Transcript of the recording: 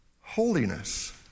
holiness